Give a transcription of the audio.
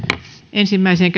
ensimmäiseen